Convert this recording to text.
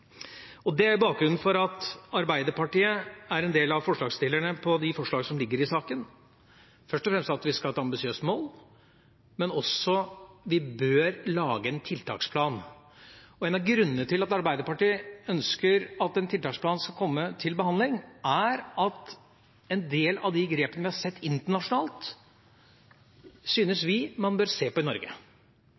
Det er bakgrunnen for at Arbeiderpartiet er en av forslagsstillerne bak de forslagene som ligger i saken – først og fremst at vi skal ha et ambisiøst mål, men også at vi bør lage en tiltaksplan. En av grunnene til at Arbeiderpartiet ønsker at en tiltaksplan skal komme til behandling, er at en del av grepene vi har sett internasjonalt, syns vi man bør se på i Norge,